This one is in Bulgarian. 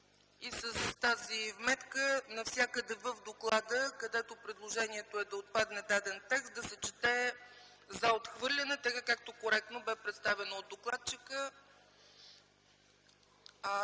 С тази вметка навсякъде в доклада, където предложението е да отпадне даден текст, да се чете „за отхвърляне”, така както коректно беше представено от докладчика.